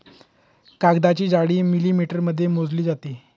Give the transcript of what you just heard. कागदाची जाडी मिलिमीटरमध्ये मोजली जाते